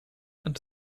and